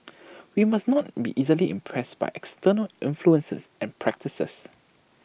we must not be easily impressed by external influences and practices